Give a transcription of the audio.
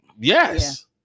Yes